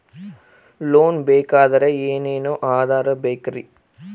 Loan ಬೇಕಾದ್ರೆ ಏನೇನು ಆಧಾರ ಬೇಕರಿ?